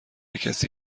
کسی